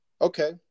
Okay